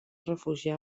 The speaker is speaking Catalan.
refugiar